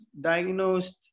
diagnosed